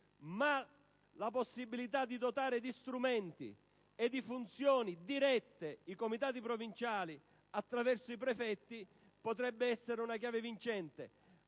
Ma la possibilità di dotare di strumenti e di funzioni dirette i comitati provinciali attraverso i prefetti potrebbe essere una chiave vincente,